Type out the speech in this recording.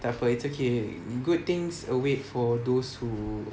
tak apa it's okay good things await for those who